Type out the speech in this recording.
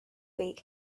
way